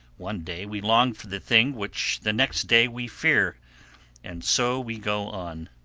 one day we long for the thing which the next day we fear and so we go on.